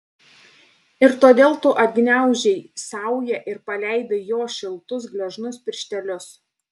ir todėl tu atgniaužei saują ir paleidai jo šiltus gležnus pirštelius